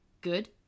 Good